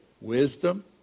wisdom